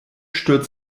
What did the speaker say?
stürzt